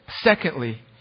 Secondly